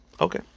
Okay